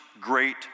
great